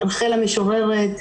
רחל המשוררת,